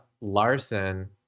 Larson